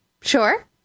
Sure